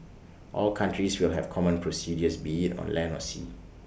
all countries will have common procedures be IT on land or sea